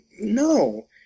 no